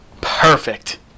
Perfect